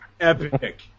epic